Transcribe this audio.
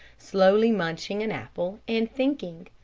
slowly munching an apple and thinking.